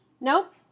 Nope